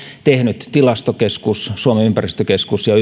tehnyt tilastokeskus suomen ympäristökeskus ja